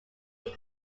were